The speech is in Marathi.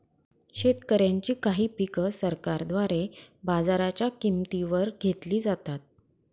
शेतकऱ्यांची काही पिक सरकारद्वारे बाजाराच्या किंमती वर घेतली जातात